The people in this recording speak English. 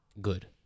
good